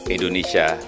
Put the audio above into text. Indonesia